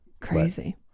crazy